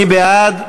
מי בעד?